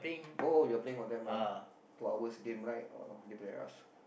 oh you're playing what time ah two hours game right oh can play with us